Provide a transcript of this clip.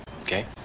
Okay